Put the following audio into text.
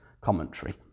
commentary